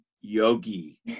yogi